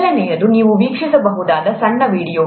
ಮೊದಲನೆಯದು ನೀವು ವೀಕ್ಷಿಸಬಹುದಾದ ಸಣ್ಣ ವೀಡಿಯೊ